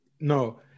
no